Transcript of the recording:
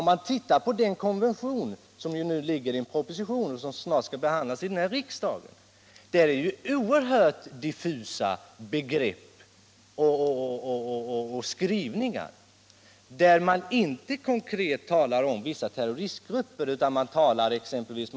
Om man ser på den konvention som nu finns i en proposition och som snart skall behandlas i den här riksdagen, europeiska konventionen för bekämpande av terrorism, finner man ju att det rör sig om oerhört diffusa begrepp och skrivningar. Det talas inte konkret om vissa terroristgrupper.